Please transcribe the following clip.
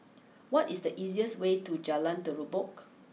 what is the easiest way to Jalan Terubok